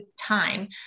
time